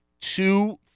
two